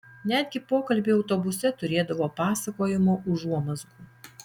netgi pokalbiai autobuse turėdavo pasakojimo užuomazgų